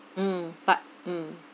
mm but mm